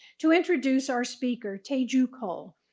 to introduce our speaker, teju cole.